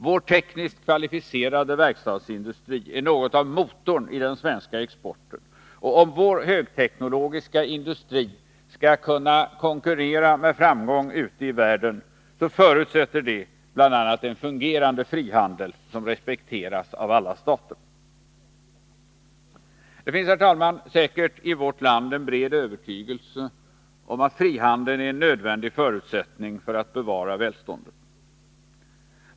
Vår tekniskt kvalificerade verkstadsindustri är något av motor i den svenska exporten, och om vår högteknologiska industri med framgång skall kunna konkurrera ute i världen måste vi ha bl.a. en fungerande frihandel som respekteras av alla stater. Det finns, herr talman, säkert i vårt land en bred övertygelse om att frihandeln är en nödvändig förutsättning för att bevara välståndet.